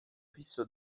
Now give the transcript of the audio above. fisso